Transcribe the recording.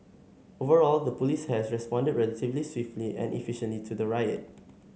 overall the police had responded relatively swiftly and efficiently to the riot